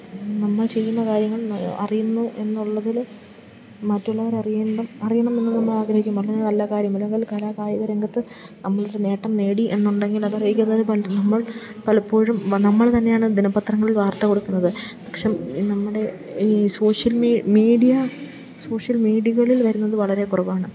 നമ്മൾ ചെയ്യുന്ന കാര്യങ്ങൾ അറിയുന്നു എന്നുള്ളത്തിൽ മറ്റുള്ളവർ അറിയണമെന്ന് നമ്മൾ ആഗ്രഹിക്കും വളരെ നല്ല കാര്യമല്ലെങ്കിൽ കലാകായിക രംഗത്ത് നമ്മളൊരു നേട്ടം നേടി എന്നുണ്ടെങ്കിൽ അതറിയിക്കുന്നതിന് പണ്ട് നമ്മൾ പലപ്പോഴും നമ്മൾ തന്നെയാണ് ദിനപത്രങ്ങളിൽ വാർത്ത കൊടുക്കുന്നത് പക്ഷെ നമ്മുടെ ഈ സോഷ്യൽ മീഡിയ സോഷ്യൽ മീഡികളിൽ വരുന്നത് വളരെ കുറവാണ്